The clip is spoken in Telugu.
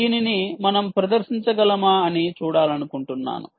దీనిని మనం ప్రదర్శించగలమా అని చూడాలనుకుంటున్నాము